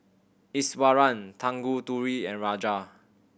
Iswaran Tanguturi and Raja